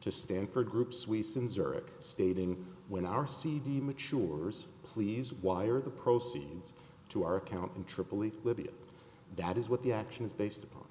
to stanford groups we censor it stating when our cd matures please wire the proceeds to our account in tripoli libya that is what the action is based upon